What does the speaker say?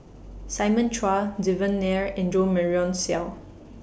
Simon Chua Devan Nair and Jo Marion Seow